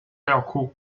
资料库